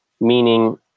meaning